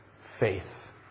faith